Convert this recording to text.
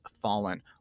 fallen